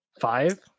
Five